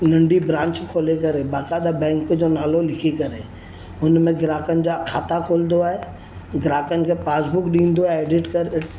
नंढी ब्रांच खोले करे बाक़ायदा बैंक जो नालो लिखी करे हुन में ग्राहकनि जा खाता खोलंदो आहे ग्राहकनि खे पासबुक ॾींदो आहे एडिट करे